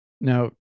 Now